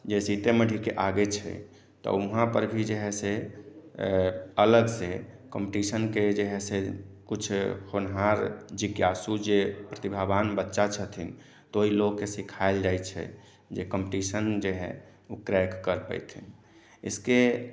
जे सीतेमढ़ी के आगे छै तऽ वहाँ पर भी जे है से अलग से कॉम्पटिशनके जे है से किछु होनहार जिज्ञासु जे प्रतिभावान बच्चा छथिन तऽ ओ लोक के सीखायल जाइ छै जे कॉम्पटिशन जे है ओ क्रैक कर पयथिन इसके